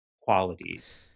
qualities